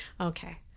okay